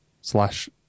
slash